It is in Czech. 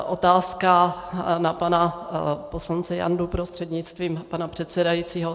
Otázka na pana poslance Jandu, prostřednictvím pana předsedajícího.